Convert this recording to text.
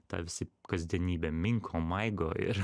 tarsi kasdienybę minko maigo ir